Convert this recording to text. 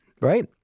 right